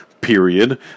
period